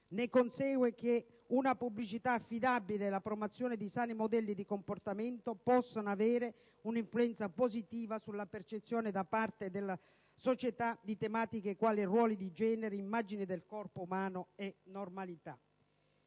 ciò consegue che una pubblicità affidabile e la promozione di sani modelli di comportamento possono avere un'influenza positiva sulla percezione, da parte della società, di tematiche quali ruoli di genere, immagine del corpo umano e normalità.